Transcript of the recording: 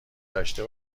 داشته